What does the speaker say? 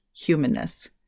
humanness